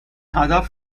هدف